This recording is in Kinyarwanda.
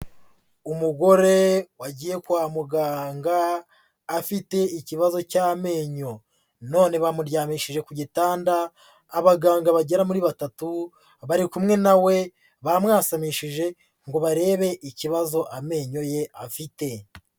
Umugore wagiye kwa muganga afite ikibazo cy'amenyo, none bamuryamishije ku gitanda, abaganga bagera muri batatu bari kumwe na we, bamwasamishije ngo barebe ikibazo amenyo ye afite.